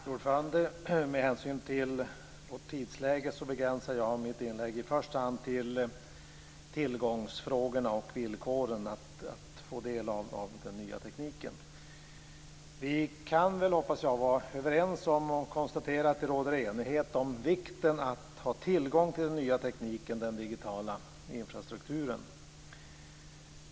Fru talman! Med hänsyn till tidsläget begränsar jag mitt inlägg i första hand till tillgångsfrågorna och villkoren när det gäller att få del av den nya tekniken. Vi kan konstatera att det råder enighet om vikten av att ha tillgång till den nya tekniken, den digitala infrastrukturen.